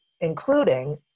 including